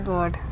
God